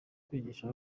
kwigisha